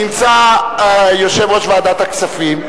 נמצא יושב-ראש ועדת הכספים,